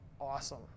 awesome